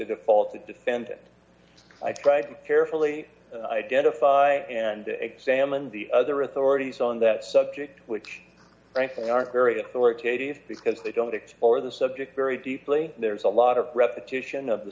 default the defendant i try to carefully identify and examine the other authorities on that subject which aren't very authoritative because they don't explore the subject very deeply there's a lot of repetition of the